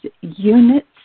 units